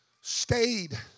stayed